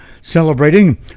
celebrating